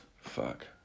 Fuck